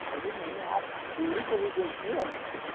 अरे नहीं आप दूरी को भी देखिए